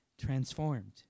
Transformed